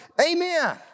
amen